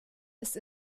ist